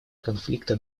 конфликта